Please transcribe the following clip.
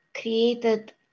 created